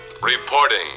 Reporting